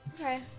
Okay